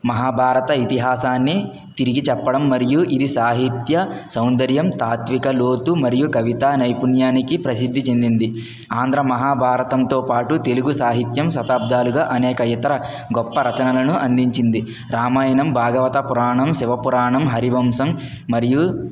మహాభారత ఇతిహాసాన్ని తిరిగిచెప్పడం మరియు ఇది సాహిత్య సౌదర్యం తాత్వికలోతు మరియు కవిత నైపుణ్యానికి ప్రసిద్ధిచెందింది ఆంధ్ర మహాభారతంతో పాటు తెలుగు సాహిత్యం శతాబ్దాలుగా అనేక ఇతర గొప్పరచనలను అందించింది రామాయణం భాగవత పురాణం శివపురాణం హరివంశం మరియు